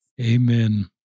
Amen